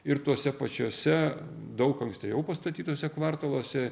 ir tuose pačiuose daug anksčiau pastatytuose kvartaluose